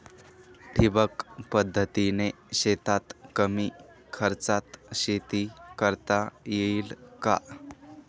ठिबक पद्धतीने शेतात कमी खर्चात शेती करता येईल का?